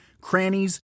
crannies